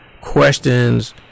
questions